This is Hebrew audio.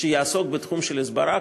שיעסוק בתחום ההסברה.